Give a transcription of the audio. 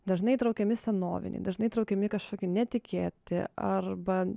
dažnai įtraukiami senoviniai dažnai įtraukiami kažkokie netikėti arba